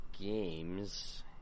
Games